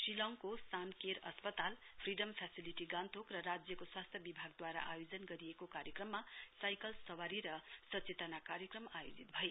शिलङको सान केर अस्पाताल फ्रिडम फेसिलिटी गान्तोक र राज्यको स्वास्थ्य विभागदवारा आयोजन गरिएको कार्यक्रममा साइकल सवारी र सचेतना कार्यक्रम आयोजित भए